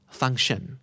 function